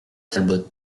talbot